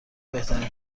بهترین